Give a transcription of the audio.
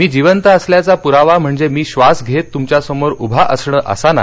मी जिवंत असल्याचा प्रावा म्हणजे मी श्वास घेत तृमच्यासमोर उभा असणे असा नाही